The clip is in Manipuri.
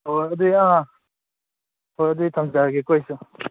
ꯍꯣꯏ ꯑꯗꯨꯗꯤ ꯑꯥ ꯍꯣꯏ ꯍꯣꯏ ꯑꯗꯨꯗꯤ ꯊꯝꯖꯔꯒꯦꯀꯣ ꯑꯩꯁꯨ